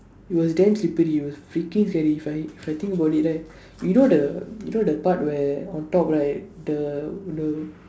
it was damn slippery it was freaking scary if I if I think about it right you know the you know the part where on top right the the